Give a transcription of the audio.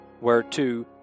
whereto